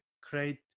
create